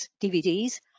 DVDs